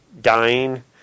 dying